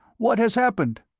what has happened?